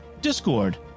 Discord